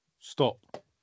stop